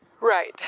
right